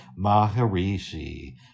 Maharishi